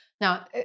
Now